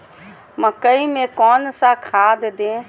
मकई में कौन सा खाद दे?